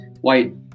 white